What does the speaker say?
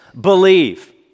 believe